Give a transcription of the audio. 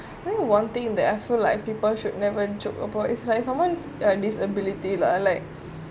one thing that I feel like people should never joke about is like someone's disability lah like